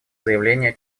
заявления